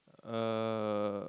eh